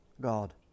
God